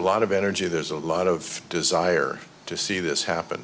a lot of energy there's a lot of desire to see this happen